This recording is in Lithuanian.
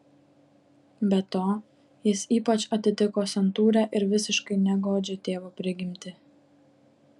be to jis ypač atitiko santūrią ir visiškai negodžią tėvo prigimtį